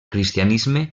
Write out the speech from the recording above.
cristianisme